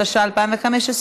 התשע"ה 2015,